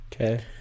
Okay